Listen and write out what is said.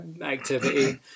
activity